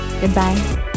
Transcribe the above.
Goodbye